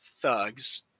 thugs